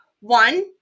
One